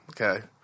Okay